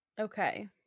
Okay